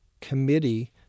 committee